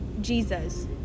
Jesus